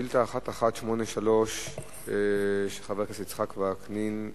שאילתא 1183 של חבר הכנסת יצחק וקנין,